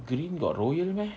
green got royal meh